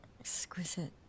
Exquisite